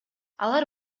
алар